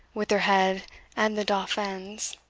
with her head and the dauphin's.